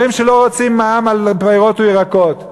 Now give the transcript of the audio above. אומרים שלא רוצים מע"מ על פירות וירקות.